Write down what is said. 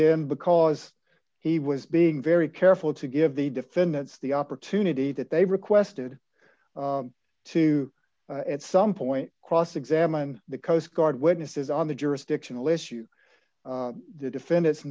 then because he was being very careful to give the defendants the opportunity that they requested to at some point cross examine the coast guard witnesses on the jurisdictional issue the defendant's